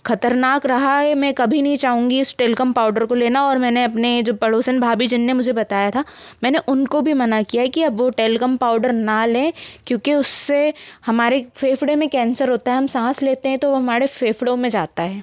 खतरनाक रहा है मैं कभी नहीं चाहूँगी इस टेल्कम पाउडर को लेना और मैंने अपने जो पड़ोसन भाभी जिनने मुझे बताया था मैंने उनको भी मना किया की अब वो टेल्कम पाउडर न ले क्योंकि उससे हमारे फेफड़े मे कैंसर होता है हम सांस लेते है तो वो हमारे फेफड़ों में जाता है